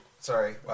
Sorry